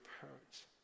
parents